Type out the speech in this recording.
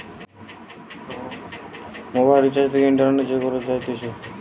মোবাইলের রিচার্জ সব ইন্টারনেট থেকে করা যাইতেছে